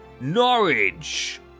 Norwich